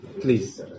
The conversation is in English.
Please